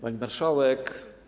Pani Marszałek!